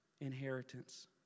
inheritance